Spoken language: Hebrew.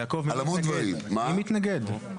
יעקב, מי מתנגד?